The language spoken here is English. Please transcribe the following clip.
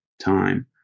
time